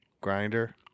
Grinder